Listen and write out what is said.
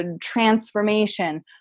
transformation